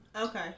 Okay